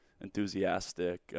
enthusiastic